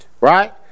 Right